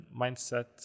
mindset